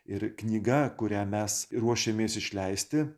ir knyga kurią mes ruošiamės išleisti